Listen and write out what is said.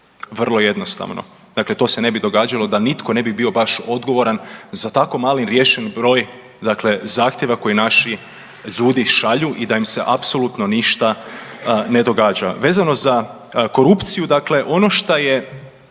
Vrlo jednostavno. Dakle, to se ne bi događalo da nitko ne bi bio baš odgovoran za tako malen riješen broj, dakle zahtjeva koji naši ljudi šalju i da im se apsolutno ništa ne događa. Vezano za korupciju, dakle ono šta je